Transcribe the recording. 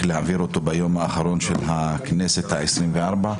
להעביר אותו ביום האחרון של הכנסת ה-24,